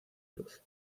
luz